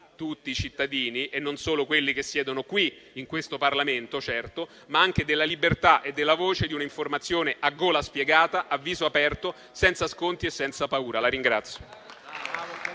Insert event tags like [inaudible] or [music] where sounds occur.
tutti i cittadini e non solo quelli che siedono qui in questo Parlamento, certo, ma anche della libertà e della voce di un'informazione a gola spiegata e a viso aperto, senza sconti e senza paura. [applause]